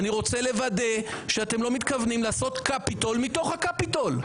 ואני רוצה לוודא שאתם לא מתכוונים לעשות קפיטול מתוך הקפיטול.